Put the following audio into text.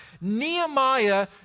Nehemiah